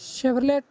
Chevrolet